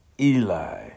Eli